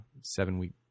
seven-week